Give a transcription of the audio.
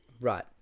Right